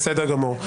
בסדר גמור.